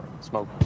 smoke